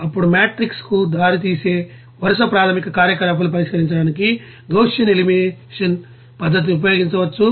అప్పుడు మ్యాట్రిక్స్ కు దారితీసే వరుస ప్రాథమిక కార్యకలాపాలను పరిష్కరించడానికి గౌసియన్ ఎలిమినేషన్ పద్ధతిని ఉపయోగించవచ్చు